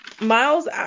Miles